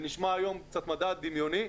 זה נשמע היום קצת מדע דמיוני,